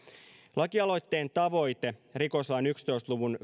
lakialoitteen tavoite rikoslain yhdentoista luvun